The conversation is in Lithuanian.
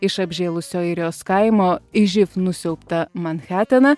iš apžėlusio airijos kaimo į živ nusiaubtą mancheteną